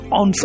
on